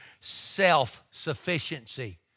self-sufficiency